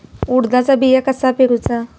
उडदाचा बिया कसा पेरूचा?